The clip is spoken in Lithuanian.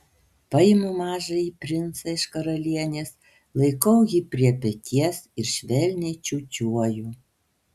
paimu mažąjį princą iš karalienės laikau jį prie peties ir švelniai čiūčiuoju